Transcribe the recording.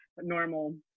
normal